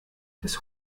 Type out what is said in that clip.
des